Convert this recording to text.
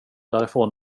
därifrån